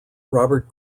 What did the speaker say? robert